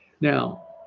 Now